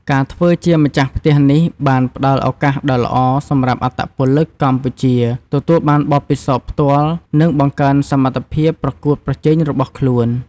ការធ្វើជាម្ចាស់ផ្ទះនេះបានផ្ដល់ឱកាសដ៏ល្អសម្រាប់អត្តពលិកកម្ពុជាទទួលបានបទពិសោធន៍ផ្ទាល់ និងបង្កើនសមត្ថភាពប្រកួតប្រជែងរបស់ខ្លួន។